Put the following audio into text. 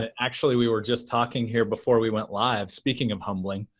ah actually, we were just talking here before we went live. speaking of humbling,